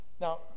now